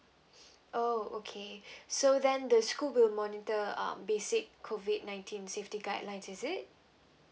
oh okay so then the school will monitor um basic COVID nineteen safety guidelines is it